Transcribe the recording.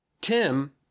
tim